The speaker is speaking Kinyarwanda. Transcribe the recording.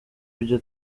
ibyo